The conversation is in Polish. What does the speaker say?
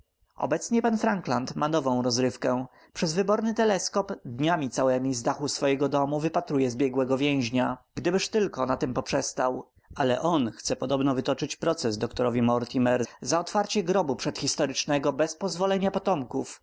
obecnie pan frankland ma nowa rozrywkę przez wyborny teleskop dniami całemi z dachu swego domu wypatruje zbiegłego więźnia gdybyż tylko na tem poprzestał ale on chce podobno wytoczyć proces doktorowi mortimer za otwarcie grobu przedhistorycznego bez pozwolenia potomków